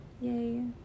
Yay